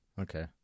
Okay